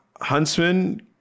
huntsman